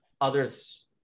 others